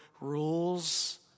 rules